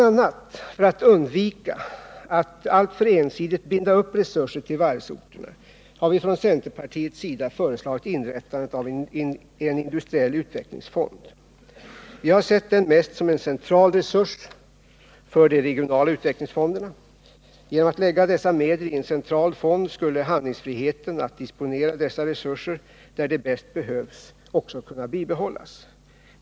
a. för att undvika att alltför ensidigt binda upp resurser till varvsorterna har vi från centerpartiets sida föreslagit inrättandet av en industriell utvecklingsfond. Vi har sett den mest som en central resurs för de regionala utvecklingsfonderna. Genom att lägga dessa medel i en central fond skulle handlingsfriheten att disponera dessa resurser där de bäst behövs också kunna bibehållas.